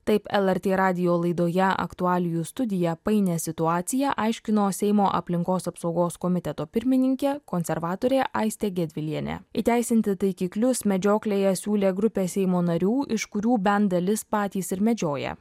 taip lrt radijo laidoje aktualijų studija painią situaciją aiškino seimo aplinkos apsaugos komiteto pirmininkė konservatorė aistė gedvilienė įteisinti taikiklius medžioklėje siūlė grupė seimo narių iš kurių bent dalis patys ir medžioję